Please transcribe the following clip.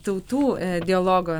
tautų dialogo